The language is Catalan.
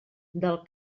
del